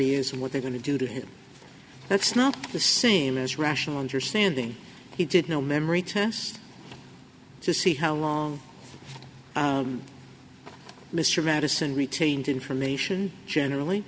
he is and what they're going to do to him that's not the same as rational understanding he did no memory test to see how long mr madison retained information generally